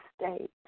state